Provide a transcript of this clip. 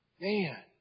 Man